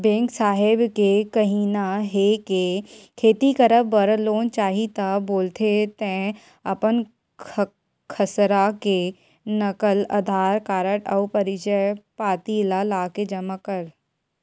bank साहेब के कहिना हे के खेती करब बर लोन चाही ता बोलथे तंय अपन खसरा के नकल, अधार कारड अउ परिचय पाती ल लाके जमा कर